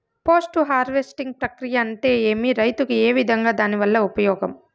Post harvesting ప్రక్రియ అంటే ఏమి? రైతుకు ఏ విధంగా దాని వల్ల ఉపయోగం?